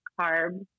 carbs